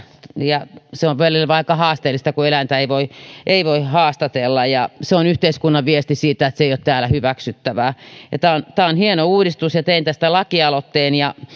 ja se on välillä vain aika haasteellista kun eläintä ei voi ei voi haastatella se on yhteiskunnan viesti siitä että se ei ole täällä hyväksyttävää tämä tämä on hieno uudistus ja tein tästä lakialoitteen